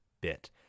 bit